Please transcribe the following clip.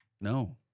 No